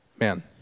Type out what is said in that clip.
man